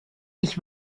ich